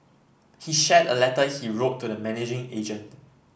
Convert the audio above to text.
he shared a letter he wrote to the managing agent